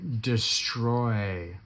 destroy